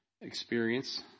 experience